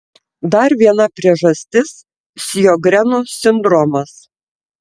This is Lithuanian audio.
dar viena priežastis sjogreno sindromas